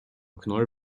knoll